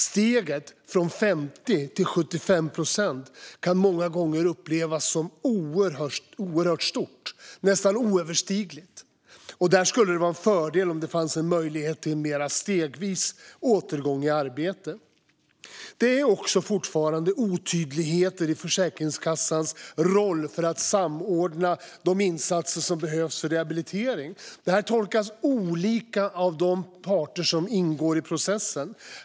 Steget från 50 till 75 procent kan många gånger upplevas som oerhört stort, nästan oöverstigligt. Det skulle vara en fördel om det fanns en möjlighet till en mer stegvis återgång i arbete. Det är fortfarande också otydligheter i Försäkringskassans roll för att samordna de insatser som behövs för rehabilitering. Detta tolkas olika av de parter som ingår i processen.